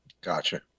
Gotcha